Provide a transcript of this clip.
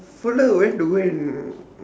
fella went to go and